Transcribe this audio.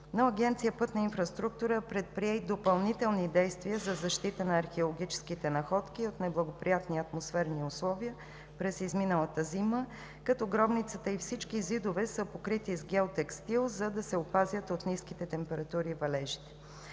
Агенция „Пътна инфраструктура“ обаче предприе и допълнителни действия за защита на археологическите находки от неблагоприятни атмосферни условия през изминалата зима, като гробницата и всички зидове са покрити с геотекстил, за да се опазят от ниските температури и валежите.